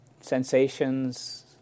sensations